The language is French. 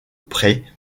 prés